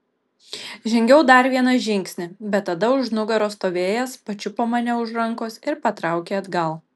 žengiau dar vieną žingsnį bet tada už nugaros stovėjęs pačiupo mane už rankos ir patraukė atgal